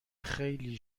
خیلی